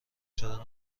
چرا